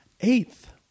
Eighth